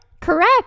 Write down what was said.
Correct